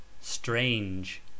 Strange